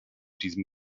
diesem